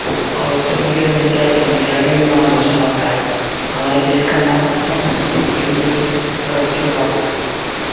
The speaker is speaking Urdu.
اور اس میں میڈل ملتا ہے تو انڈیا کا بھی نام روشن ہوتا ہے ہمارے دیس کا نام روشن ہو یہ بھی بڑی گورو کی بات ہے